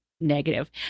negative